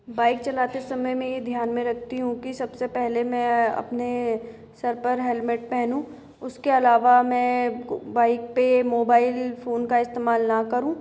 bike चलाते समय मैं ये ध्यान में रखती हूँ कि सबसे पहले मैं अपने सिर पर हेलमेट पहनूँ उसके अलावा मैं बाइक पे मोबाईल फोन का इस्तेमाल ना करूँ